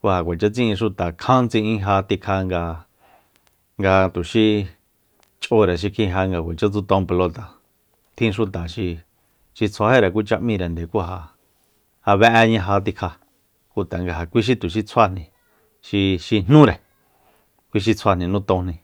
ku ja kuacha tsi'in xuta kjan tsi'in ja tikja nga- nga tuxi ch'ore xikjin ja nga kuacha tsuton pelota tjin xuta xi tsjuajíre kucha m'írende ku ja be'eña ja tikja kú tanga ja tuxi tsjuare xi- xi jnúre kui xi tsjuajni nutonjni